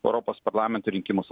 europos parlamento rinkimus